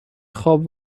خواب